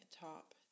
top